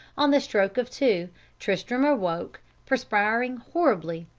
on the stroke of two tristram awoke, perspiring horribly.